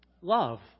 love